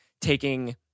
taking